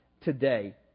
today